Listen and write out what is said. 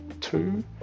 two